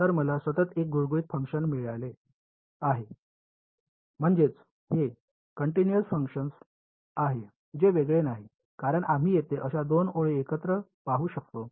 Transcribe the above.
तर मला सतत एक गुळगुळीत फंक्शन मिळाले आहे म्हणजेच हे कंटिन्यूअस फंक्शन आहे जे वेगळे नाही कारण आम्ही येथे अशा दोन ओळी एकत्र पाहू शकतो